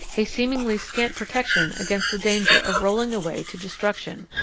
a seemingly scant protection against the danger of rolling away to destruction.